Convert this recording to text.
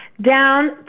down